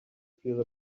feel